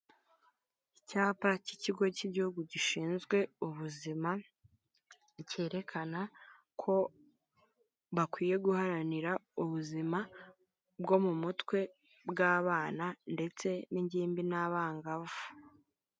Icyapa cy'ikigo cy'igihugu gishinzwe ubuzima, cyerekana ko bakwiye guharanira ubuzima bwo mu mutwe bw'abana, ndetse n'ingimbi, n'abangavu.